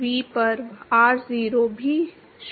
v पर r0 भी 0 है